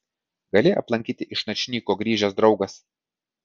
gali aplankyti iš načnyko grįžęs draugas